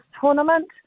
tournament